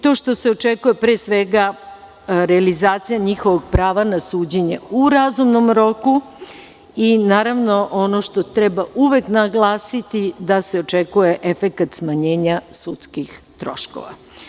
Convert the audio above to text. To što se očekuje pre svega realizacija njihovog prava na suđenje u razumnom roku i naravno ono što treba uvek naglasiti da se očekuje efekat smanjenja sudskih troškova.